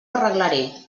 arreglaré